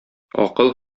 акыл